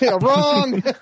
wrong